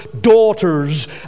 daughters